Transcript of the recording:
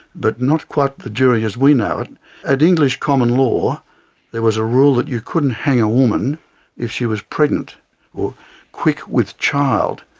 but not quite the jury as we know it. in ah english common law there was a rule that you couldn't hang a woman if she was pregnant or quick with child.